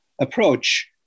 approach